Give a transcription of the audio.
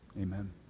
Amen